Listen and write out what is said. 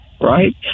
right